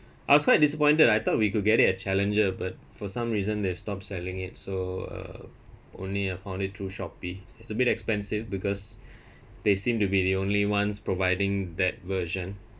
I was quite disappointed I thought we could get it at challenger but for some reason they've stopped selling it so uh only I found it through shopee it's a bit expensive because they seem to be the only ones providing that version